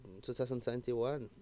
2021